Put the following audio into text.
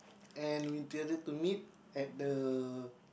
and we intended to meet at the